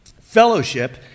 Fellowship